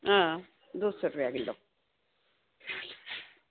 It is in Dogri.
हां दो सौ रपेआ किलो